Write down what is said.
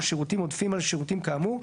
או שירותים עודפים על השירותים כאמור,